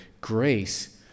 grace